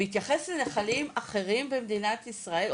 בהתייחס לנחלים אחרים במשטרת ישראל,